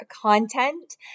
content